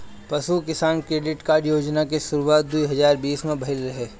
पशु किसान credit card योजना के शुरुआत दू हज़ार बीस में भइल रहे